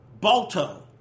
Balto